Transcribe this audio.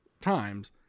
times